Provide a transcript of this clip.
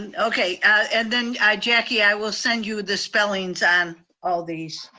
and okay, and then jackie, i will send you the spellings on all these